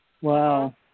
Wow